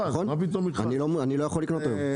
נכון, אני לא יכול לקנות היום.